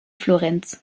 florenz